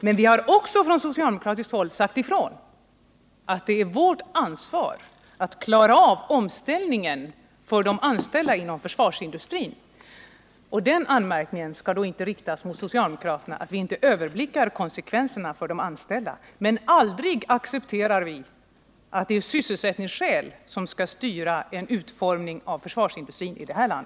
Men vi har också sagt att det är vårt ansvar att klara av omställningen för de anställda inom försvarsindustrin. Den anmärkningen kan inte riktas mot socialdemokraterna att vi inte överblickar konsekvenserna för de anställda och att vi inte lägger fram konkreta förslag till lösningar. Men aldrig accepterar vi att sysselsättningsskälen skall styra utformningen av försvarsindustrin i detta land.